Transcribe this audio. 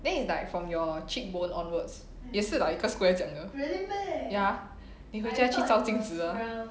then is like from your cheekbones onwards 也是 like 一个 square 这样的 ya 你回家去照镜子 lor